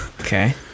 okay